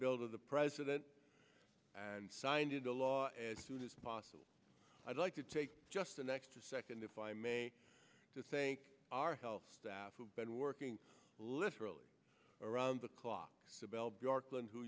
build of the president and signed into law as soon as possible i'd like to take just an extra second if i may to thank our health staff who have been working literally around the clock